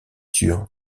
sur